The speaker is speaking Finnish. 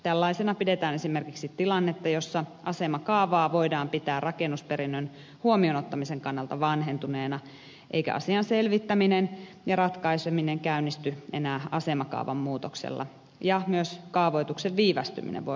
tällaisena pidetään esimerkiksi tilannetta jossa asemakaavaa voidaan pitää rakennusperinnön huomioon ottamisen kannalta vanhentuneena eikä asian selvittäminen ja ratkaiseminen käynnisty enää asemakaavan muutoksella ja myös kaavoituksen viivästyminen voi olla tällainen syy